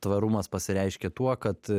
tvarumas pasireiškia tuo kad